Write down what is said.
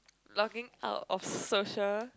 logging out of social